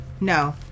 no